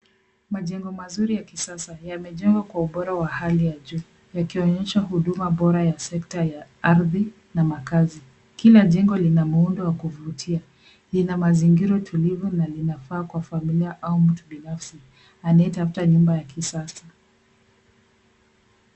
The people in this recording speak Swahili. Majengo mazuri ya kisasa yamejengwa kwa ubora wa hali ya juu, yakionyesha huduma bora ya sekta ya ardhi na makazi. Kila jengo lina muundo wa kuvutia, lina mazingira tulivu na linafaa kwa familia au mtu binafsi, anayetafuta nyumba ya kisasa.